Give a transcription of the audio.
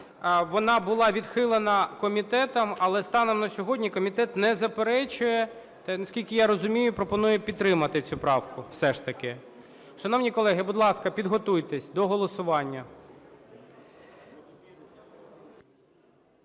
вона була відхилена комітетом, але станом на сьогодні комітет не заперечує, та, наскільки я розумію, пропонує підтримати цю правку все ж таки. Шановні колеги, підготуйтесь до голосування.